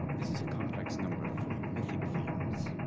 this is a complex number, full of mythic themes.